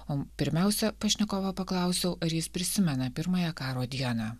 o pirmiausia pašnekovo paklausiau ar jis prisimena pirmąją karo dieną